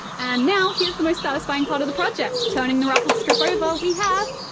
and now, here's the most satisfying part of the project! turning the ruffled-strip over, we have,